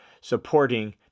supporting